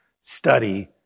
Study